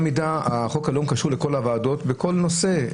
מידה חוק הלאום קשור לכל הוועדות ולכל נושא.